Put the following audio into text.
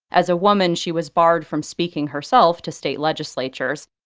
as a woman, she was barred from speaking herself to state legislatures.